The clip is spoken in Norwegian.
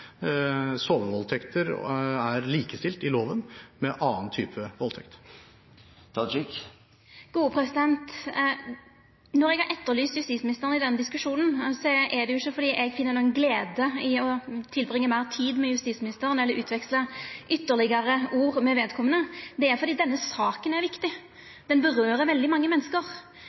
Sovevoldtekter er likestilt i loven med annen type voldtekt. Når eg har etterlyst justisministeren i denne diskusjonen, er det ikkje fordi eg finn noka glede i å bruka meir tid med justisministeren eller utveksla ytterlegare ord med vedkomande – det er fordi denne saka er viktig. Ho vedkjem veldig mange